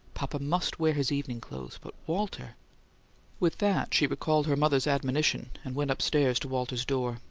papa must wear his evening clothes. but walter with that she recalled her mother's admonition, and went upstairs to walter's door.